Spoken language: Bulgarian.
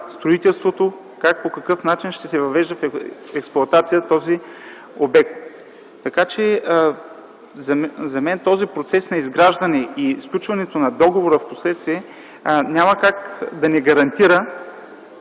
строителството, как и по какъв начин ще се въвежда в експлоатация този обект. Така че за мен този процес на изграждане и сключването на договора впоследствие няма как да не гарантира